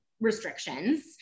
restrictions